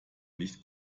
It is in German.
nicht